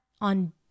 on